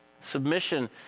submission